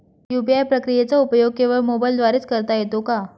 UPI प्रक्रियेचा उपयोग केवळ मोबाईलद्वारे च करता येतो का?